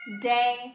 day